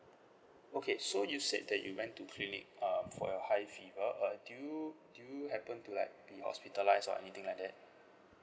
okay so you said that you went to clinic uh for your high fever uh do you do you happen to like hospitalised or anything like that